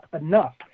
enough